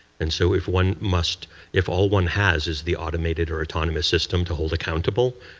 and so if one must if all one has is the automated or autonomous system to hold accountable,